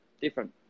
different